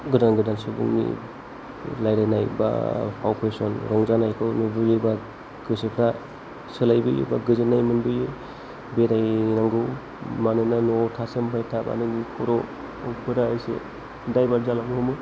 गोदान गोदान सुबुंनि रायज्लायना बा फाव फेशन रंजानायखौ नुबोयोबा गोसोफ्रा सोलायबोयो बा गोजोन्नाय मोनबोयो बेरायनांगौ मानोना न'आव थासोमबाय थाबा नोंनि खर'फोरा एसे डाइभार्ट जालांनो हमो